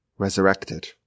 resurrected